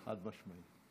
חד-משמעית.